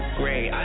great